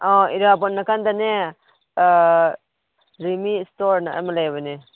ꯑꯧ ꯏꯔꯥꯕꯣꯠ ꯅꯥꯀꯟꯗꯅꯦ ꯔꯦꯠꯃꯤ ꯁ꯭ꯇꯣꯔꯅ ꯑꯃ ꯂꯩꯕꯅꯦ